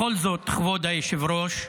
בכל זאת, כבוד היושב-ראש,